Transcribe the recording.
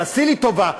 תעשי לי טובה,